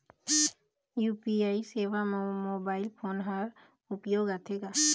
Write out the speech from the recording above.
UPI सेवा म mobile phone हर उपयोग आथे का?